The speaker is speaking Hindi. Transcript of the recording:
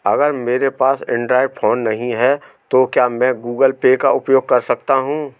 अगर मेरे पास एंड्रॉइड फोन नहीं है तो क्या मैं गूगल पे का उपयोग कर सकता हूं?